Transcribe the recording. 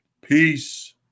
peace